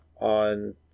on